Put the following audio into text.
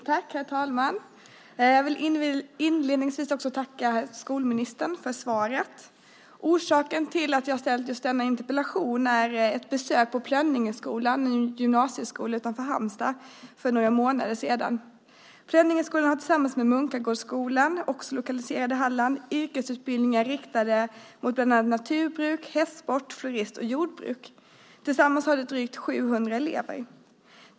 Herr talman! Jag vill inledningsvis tacka skolministern för svaret. Orsaken till att jag har framställt denna interpellation är ett besök på Plönningeskolan, en gymnasieskola utanför Halmstad, för några månader sedan. Plönningeskolan har tillsammans med Munkagårdsskolan, också lokaliserad i Halland, yrkesutbildningar riktade mot bland annat naturbruk, hästsport, florister och jordbruk. Tillsammans har de drygt 700 elever.